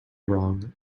wrong